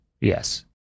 Yes